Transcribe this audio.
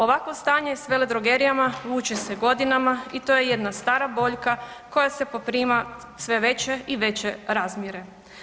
Ovakvo stanje s veledrogerijama vuče se godinama i to je jedna stara boljka koja sad poprima sve veće i veće razmjere.